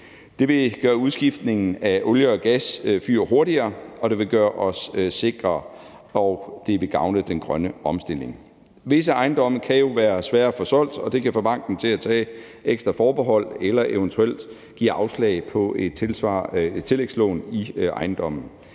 Det vil gøre udskiftningen af olie- og gasfyr hurtigere, det vil give os større sikkerhed, og det vil gavne den grønne omstilling. Visse ejendomme kan jo være svære at få solgt, og det kan få banken til at tage et ekstra forbehold eller til eventuelt at give afslag på et tillægslån i ejendommen.